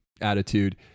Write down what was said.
attitude